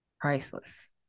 priceless